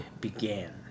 began